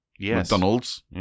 McDonald's